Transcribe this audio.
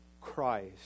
Christ